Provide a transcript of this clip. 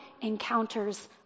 encounters